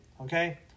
okay